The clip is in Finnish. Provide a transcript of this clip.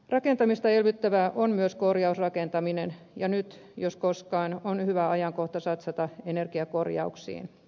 rakentamista elvyttävää on myös korjausrakentaminen ja nyt jos koskaan on hyvä ajankohta satsata energiakorjauksiin